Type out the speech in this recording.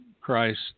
Christ